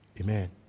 Amen